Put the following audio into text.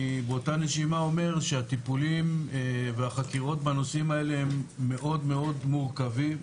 באותה נשימה אומר שהטיפולים והחקירות בנושאים האלה הם מאוד מורכבים.